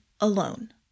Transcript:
alone